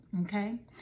Okay